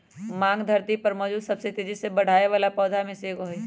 भांग धरती पर मौजूद सबसे तेजी से बढ़ेवाला पौधा में से एगो हई